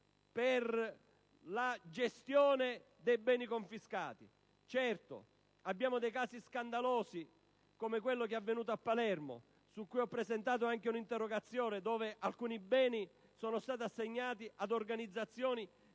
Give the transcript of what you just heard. per la gestione dei beni confiscati. Certo, abbiamo registrato casi scandalosi, come quello avvenuto a Palermo, su cui ho presentato anche un'interrogazione, dove alcuni beni sono stati assegnati ad organizzazioni